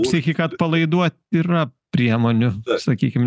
psichiką atpalaiduot yra priemonių sakykim